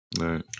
right